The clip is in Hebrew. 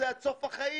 זה עד סוף החיים,